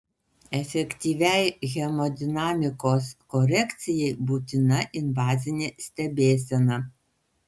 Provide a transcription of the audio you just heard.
efektyviai hemodinamikos korekcijai būtina invazinė stebėsena